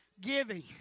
giving